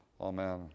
Amen